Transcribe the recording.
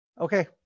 Okay